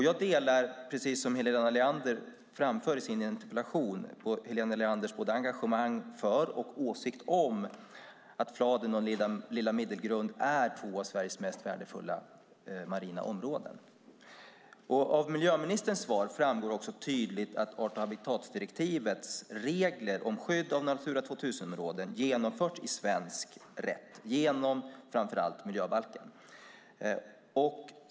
Jag delar både Helena Leanders engagemang för Fladen och Lilla Middelgrund och hennes åsikt att de är två av Sveriges mest värdefulla marina områden, precis som hon framför i interpellationen. Av miljöministerns svar framgår också tydligt att art och habitatdirektivets regler om skydd av Natura 2000-områden genomförts i svensk rätt genom framför allt miljöbalken.